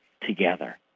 together